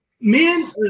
men